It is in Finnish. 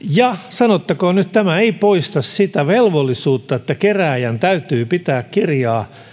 sanottakoon nyt että tämä ei poista sitä velvollisuutta että kerääjän täytyy pitää kirjaa siitä